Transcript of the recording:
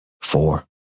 four